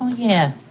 yeah.